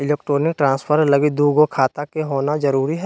electronic transfer लगी दू गो खाता के होना जरूरी हय